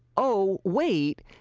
oh, wait!